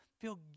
feel